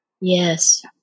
Yes